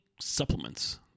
supplements